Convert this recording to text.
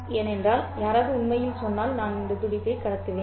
ஏனென்றால் யாராவது உண்மையில் சொன்னால் நான் இந்த துடிப்பை கடத்துவேன்